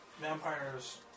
vampires